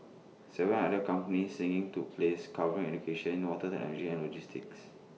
Seven other company singing took place covering education water technology and logistics